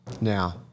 now